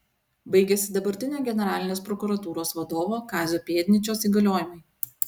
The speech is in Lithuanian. baigiasi dabartinio generalinės prokuratūros vadovo kazio pėdnyčios įgaliojimai